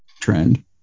trend